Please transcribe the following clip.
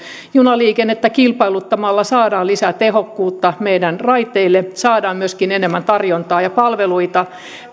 junaliikennettä kilpailuttamalla saadaan lisää tehokkuutta meidän raiteille saadaan myöskin enemmän tarjontaa ja palveluita